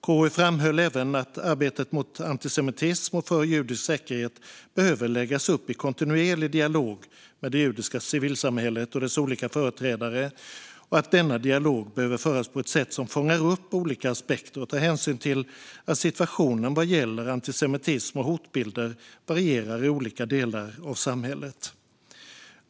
KU framhöll även att arbetet mot antisemitism och för judisk säkerhet behöver läggas upp i kontinuerlig dialog med det judiska civilsamhället och dess olika företrädare och att denna dialog behöver föras på ett sätt som fångar upp olika aspekter och tar hänsyn till att situationen vad gäller antisemitism och hotbilder varierar i olika delar av samhället.